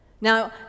Now